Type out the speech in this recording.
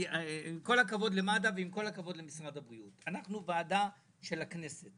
עם כל הכבוד למד"א ועם כל הכבוד למשרד הבריאות - אנחנו ועדה של הכנסת.